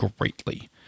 greatly